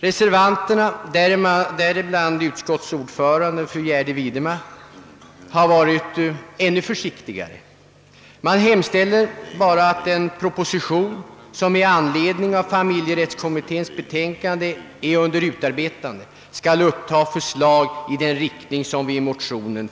Reservanterna, däribland utskottsordföranden fru Gärde Widemar, har varit ännu försiktigare då de bara hemställt att den proposition, som i anledning av familjerättskommitténs betänkande är under utarbetande, skall uppta förslag i den riktning som förordas i motionen.